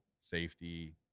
safety